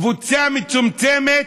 קבוצה מצומצמת,